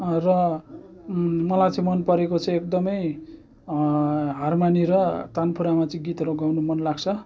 र मलाई चाहिँ मन परेको चाहिँ एकदमै हारमोनी र तानपुरामा चाहिँ गीतहरू गाउनु मन लाग्छ